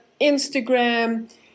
Instagram